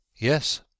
Yes